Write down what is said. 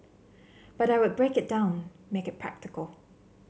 but I would break it down make it practical